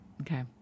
Okay